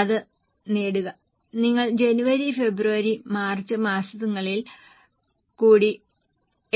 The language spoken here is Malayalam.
അത് നേടുക നിങ്ങൾ ജനുവരി ഫെബ്രുവരി മാർച്ച് മാസങ്ങളിൽ കൂടി